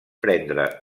prendre